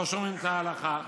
לא שומרים את ההלכה.